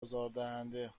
ازارنده